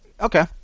Okay